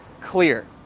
clear